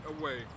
away